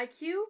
IQ